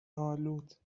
آلود